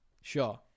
Sure